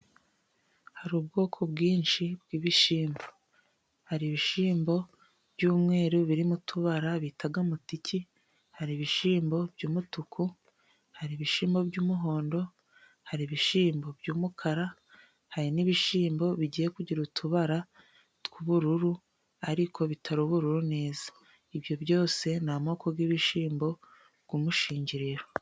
Hari ubwoko bwinshi bw'ibishyimbo. Hari ibishyimbo by'umweru birimo utubara bita mutiki, hari ibishyimbo by'umutuku, hari ibishyimbo by'umuhondo, hari ibishyimbo by'umukara, hari n'ibishyimbo bigiye kugira utubara tw'ubururu, ariko bitari ubururu neza, ibyo byose ni amoko y'ibishyimbo by'umushingiriro.